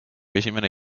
esimene